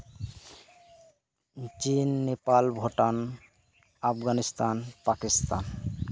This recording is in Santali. ᱪᱤᱱ ᱱᱮᱯᱟᱞ ᱵᱷᱩᱴᱟᱱ ᱟᱯᱜᱟᱱᱤᱥᱛᱷᱟᱱ ᱯᱟᱠᱤᱥᱛᱷᱟᱱ